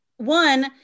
one